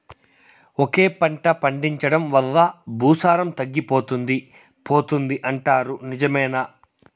ఒకే పంట పండించడం వల్ల భూసారం తగ్గిపోతుంది పోతుంది అంటారు నిజమేనా